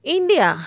India